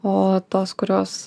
o tos kurios